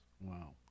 Wow